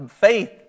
Faith